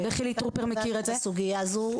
וחילי טרופר מכיר את הסוגיה הזו.